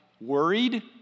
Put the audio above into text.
worried